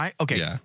Okay